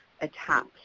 attacks